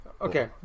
Okay